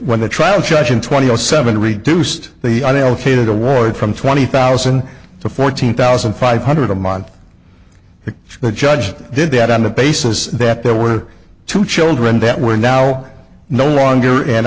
when the trial judge in twenty seven reduced the i delegated award from twenty thousand to fourteen thousand five hundred a month the judge did that on the basis that there were two children that were now no longer an